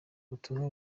ubutumwa